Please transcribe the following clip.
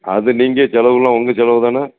அது நீங்கள் செலவெலாம் உங்கள் செலவு தானே